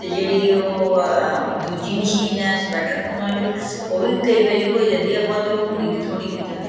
ਅਤੇ ਜਿਹੜੀ ਉਹ ਦੂਜੀ ਮਸ਼ੀਨ ਹੈ ਸਵੈਟਰ ਬੁਣਨ ਵਾਲੀ ਉਹ ਵੀ ਕਈ ਵਾਰੀ ਹੋ ਜਾਂਦੀ ਆ ਅੱਬਲ ਤਾਂ ਉਹ ਹੁੰਦੀ ਨਹੀਂ ਥੋੜ੍ਹੀ ਕਿਤੇ